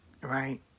right